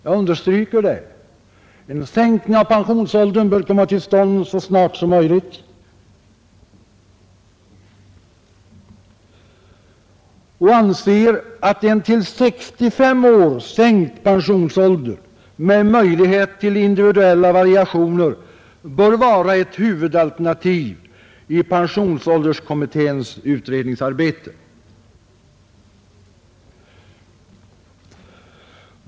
Jag understryker det — en sänkning av pensionsåldern bör komma till stånd så snart som möjligt — och anser att en till 65 år sänkt pensionsålder med möjlighet till individuella variationer bör vara ett huvudalternativ i pensionsålderskommitténs utredningsarbete.